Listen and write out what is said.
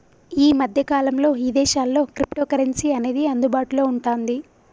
యీ మద్దె కాలంలో ఇదేశాల్లో క్రిప్టోకరెన్సీ అనేది అందుబాటులో వుంటాంది